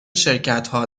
شرکتها